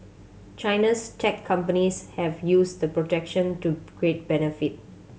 China's tech companies have used the protection to great benefit